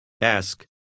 Ask